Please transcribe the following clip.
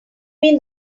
mean